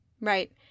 Right